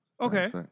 Okay